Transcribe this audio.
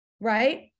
right